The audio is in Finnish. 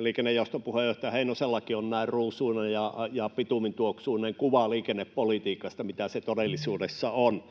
liikennejaoston puheenjohtaja Heinosellakin on näin ruusuinen ja bitumintuoksuinen kuva liikennepolitiikasta, mitä se todellisuudessa on.